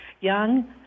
young